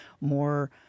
more